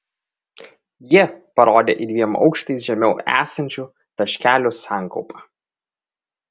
ji parodė į dviem aukštais žemiau esančių taškelių sankaupą